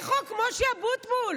משה אבוטבול,